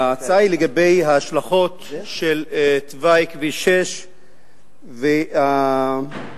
ההצעה היא לגבי ההשלכות של תוואי כביש 6. מראש